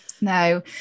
No